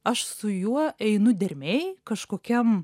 aš su juo einu dermėj kažkokiam